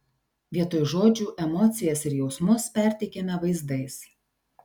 vietoj žodžių emocijas ir jausmus perteikiame vaizdais